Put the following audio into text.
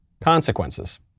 consequences